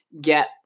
get